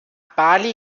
bali